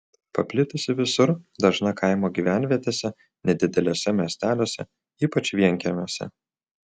paplitusi visur dažna kaimo gyvenvietėse nedideliuose miesteliuose ypač vienkiemiuose